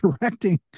directing